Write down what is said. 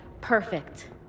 perfect